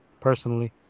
personally